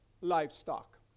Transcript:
livestock